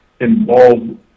Involved